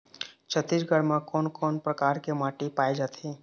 छत्तीसगढ़ म कोन कौन प्रकार के माटी पाए जाथे?